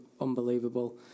unbelievable